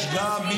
יש גם.